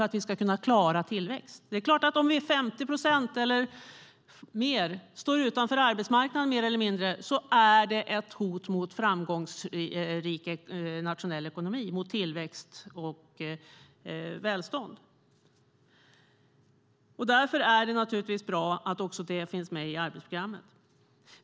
Det är klart att det är ett hot mot en framgångsrik nationell ekonomi och mot tillväxt och välstånd om 50 procent, eller mer, mer eller mindre står utanför arbetsmarknaden. Därför är det bra att också det finns med i arbetsprogrammet.